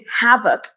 havoc